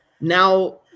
now